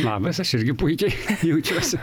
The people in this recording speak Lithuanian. labas aš irgi puikiai jaučiuosi